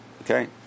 Okay